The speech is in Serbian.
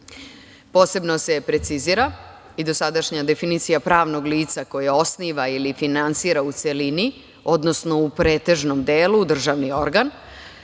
zahteva. Posebno se precizira i dosadašnja definicija pravnog lica koje osniva ili finansira u celini, odnosno u pretežnom delu državni organ